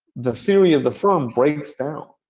the theory of the firm breaks down.